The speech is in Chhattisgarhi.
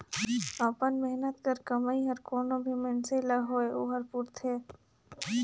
अपन मेहनत कर कमई हर कोनो भी मइनसे ल होए ओहर पूरथे